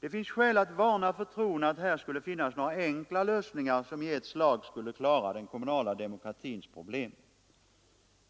Det finns skäl att varna för tron att här skulle finnas några enkla lösningar, som i ett slag skulle kunna klara den kommunala demokratins problem.